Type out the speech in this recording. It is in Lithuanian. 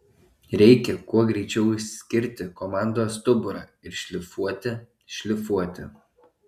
reikia kuo greičiau išskirti komandos stuburą ir šlifuoti šlifuoti